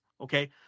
okay